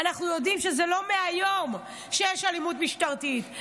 אנחנו יודעים שזה לא מהיום שיש אלימות משטרתית,